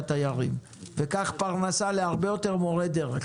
תיירים וכך תהיה פרנסה להרבה יותר מורי דרך.